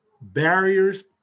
barriers